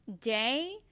day